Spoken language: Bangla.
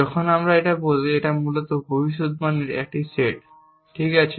যখন আমি এটা বলি এটা মূলত ভবিষ্যদ্বাণীর একটি সেট ঠিক আছে